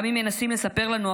גם אם מנסים לספר לנו אחרת,